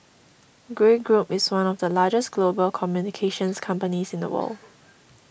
Grey Group is one of the largest global communications companies in the world